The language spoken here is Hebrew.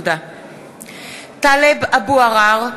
(קוראת בשמות חברי הכנסת) טלב אבו עראר,